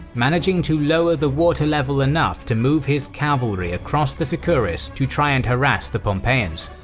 managing to lower the water level enough to move his cavalry across the sicoris to try and harass the pompeians.